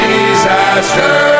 disaster